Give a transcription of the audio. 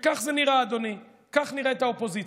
וכך זה נראה, אדוני, כך נראית האופוזיציה.